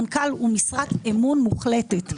מנכ"ל הוא משרת אמון מוחלטת,